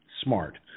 Smart